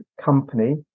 company